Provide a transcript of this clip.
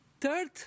Third